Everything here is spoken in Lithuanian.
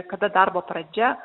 kada darbo pradžia